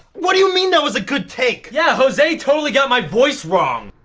what do you mean, that was a good take? yeah, jose totally got my voice wrong